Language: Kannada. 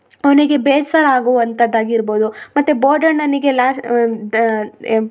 ಅವನಿಗೆ ಬೇಸರ ಆಗುವಂಥದ್ದಾಗಿರ್ಬೋದು ಮತ್ತು ಮೋಡಣ್ಣನಿಗೆ ಲಾ